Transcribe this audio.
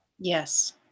Yes